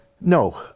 no